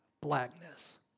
blackness